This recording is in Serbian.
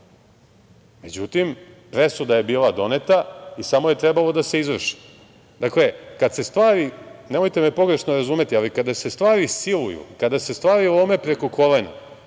Međutim, presuda je bila doneta i samo je trebalo da izvrši. Dakle, kada se stvari, nemojte me pogrešno razumeti, ali kada se stvari siluju, kada se stvari lome preko kolena,